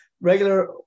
regular